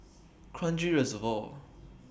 Kranji Reservoir